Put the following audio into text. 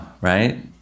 right